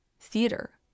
theater